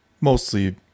mostly